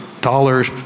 dollars